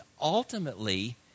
ultimately